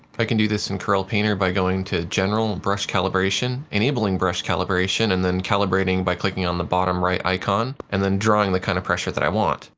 i can do this in corel painter by going to general and brush calibration, enabling brush calibration and then calibrating by clicking on the bottom-right icon and then drawing the kind of pressure that i want.